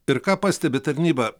ir ką pastebi tarnyba